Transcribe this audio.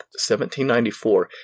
1794